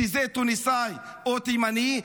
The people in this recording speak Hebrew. שזה תוניסאי או תימני,